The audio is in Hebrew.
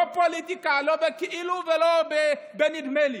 לא פוליטיקה, לא בכאילו ולא בנדמה לי.